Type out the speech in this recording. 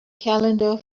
calendar